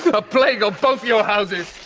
a plague o' both your houses.